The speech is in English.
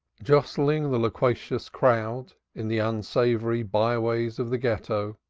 jostling the loquacious crowd, in the unsavory by-ways of the ghetto,